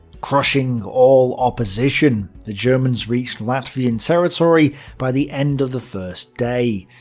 crushing all opposition, the germans reached latvian territory by the end of the first day.